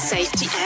Safety